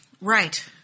Right